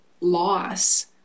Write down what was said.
loss